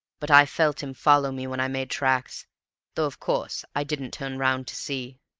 but i felt him following me when i made tracks though, of course, i didn't turn round to see.